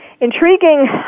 intriguing